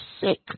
sick